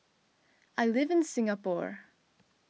I live in Singapore